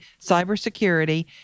cybersecurity